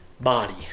body